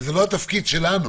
וזה לא התפקיד שלנו.